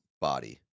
body